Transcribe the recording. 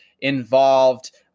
involved